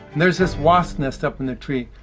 there's this wasp nest up in the tree,